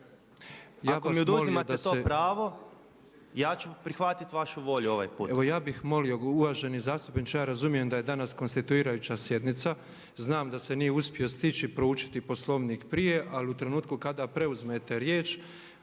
ako mi oduzimate to pravo ja ću prihvatit vašu volju ovaj put. …/Upadica predsjednik: Evo ja bih molio uvaženi zastupniče ja razumijem da je danas konstituirajuća sjednica, znam da se nije uspio stići proučiti Poslovnik prije, ali u trenutku kada preuzmete riječ